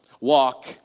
walk